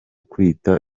kwita